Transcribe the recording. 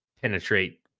penetrate